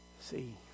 See